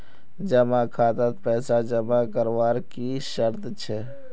जमा खातात पैसा जमा करवार की शर्त छे?